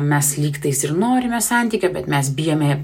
mes lygtais ir norime santykio bet mes bijome